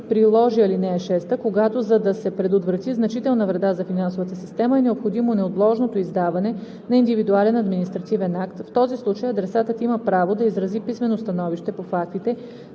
приложи ал. 6, когато, за да се предотврати значителна вреда за финансовата система, е необходимо неотложното издаване на индивидуален административен акт. В този случай адресатът има право да изрази писмено становище по фактите,